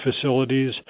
facilities